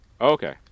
Okay